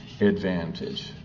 advantage